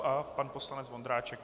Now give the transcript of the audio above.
A pan poslanec Vondráček.